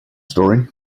story